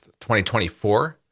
2024